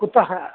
कुतः